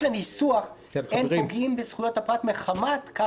לניסוח: "אין פוגעים בזכויות הפרט מחמת ---".